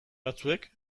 batzuek